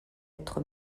être